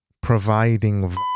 providing